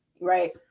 right